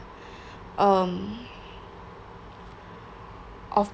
um of